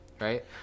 right